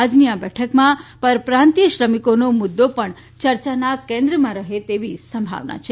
આજની આ બેઠકમાં પરપ્રાંતીય શ્રમિકોનો મુદ્દો પણ ચર્ચાના કેન્દ્રમાં રહે તેવી સંભાવના છે